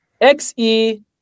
XE